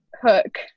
Hook